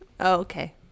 okay